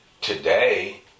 today